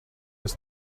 his